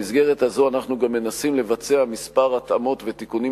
במסגרת הזו אנחנו גם מנסים לבצע מספר התאמות ותיקונים